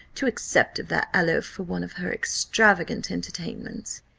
to accept of that aloe for one of her extravagant entertainments!